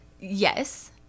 Yes